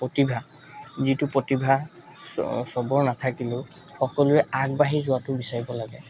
প্ৰতিভা যিটো প্ৰতিভা স সবৰ নাথাকিলেও সকলোৱে আগবাঢ়ি যোৱাটো বিচাৰিব লাগে